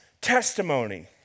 testimony